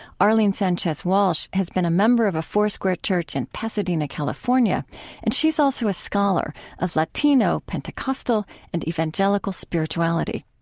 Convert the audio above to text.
arlene sanchez-walsh has been a member of a foursquare church in pasadena, california and she's also a scholar of latino pentecostal and evangelical spirituality